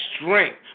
strength